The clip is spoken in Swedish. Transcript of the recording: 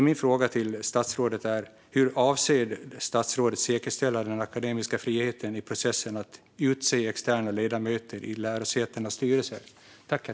Min fråga till statsrådet är: Hur avser statsrådet att säkerställa den akademiska friheten i processen med att utse externa ledamöter i lärosätenas styrelser?